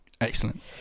Excellent